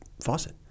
faucet